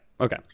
Okay